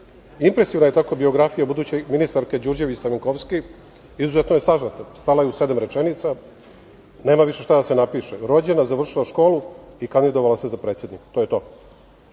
obdaništa. Impresivna je tako biografija buduće ministarke Đurđević Stamenkovski. Izuzetno je sažeta. Stala je u sedam rečenica. Nema više šta da se napiše - rođena, završila školu i kandidovala se za predsednika. To je